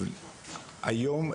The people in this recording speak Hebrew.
היום,